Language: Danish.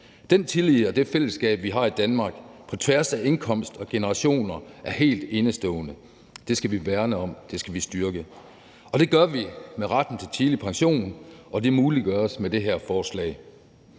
Den tillid og det fællesskab, vi har i Danmark, på tværs af indkomst og generationer er helt enestående. Det skal vi værne om, det skal vi styrke Og det gør vi med retten til tidlig pension, og det muliggøres med det her forslag.